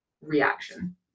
reaction